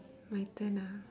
my turn ah